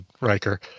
Riker